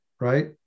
right